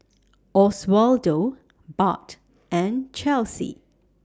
Oswaldo Bart and Chelsey